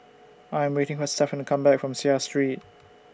I Am waiting For Stephon to Come Back from Seah Street